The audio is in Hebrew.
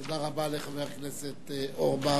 תודה רבה לחבר הכנסת אורבך.